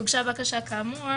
הוגשה בקשה כאמור,